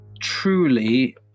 truly